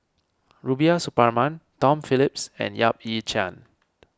Rubiah Suparman Tom Phillips and Yap Ee Chian